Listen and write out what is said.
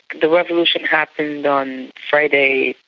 the revolution happened on friday,